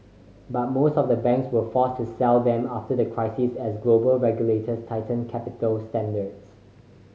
but most of the banks were forced to sell them after the crisis as global regulators tightened capital standards